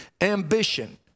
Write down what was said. ambition